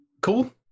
cool